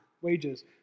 wages